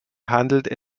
handelt